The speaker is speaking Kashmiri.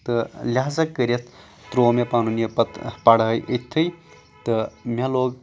تہٕ لِہزا کٔرِتھ تروو مےٚ پَنُن یہِ پَتہٕ پَڑٲے ییٚتھٕے تہٕ مےٚ لوگ